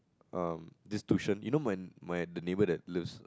um this tuition you know my my the neighbour that lives